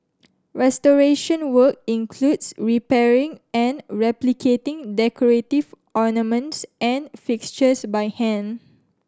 restoration work includes repairing and replicating decorative ornaments and fixtures by hand